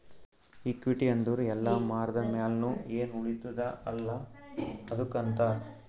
equity ಅಂದುರ್ ಎಲ್ಲಾ ಮಾರ್ದ ಮ್ಯಾಲ್ನು ಎನ್ ಉಳಿತ್ತುದ ಅಲ್ಲಾ ಅದ್ದುಕ್ ಅಂತಾರ್